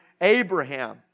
Abraham